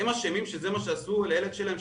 הם אשמים שזה מה שעשו לילד שלהם,